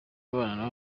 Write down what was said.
abana